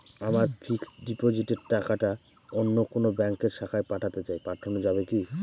আমার ফিক্সট ডিপোজিটের টাকাটা অন্য কোন ব্যঙ্কের শাখায় পাঠাতে চাই পাঠানো যাবে কি?